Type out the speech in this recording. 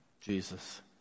Jesus